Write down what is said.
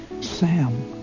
Sam